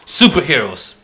superheroes